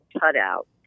cutout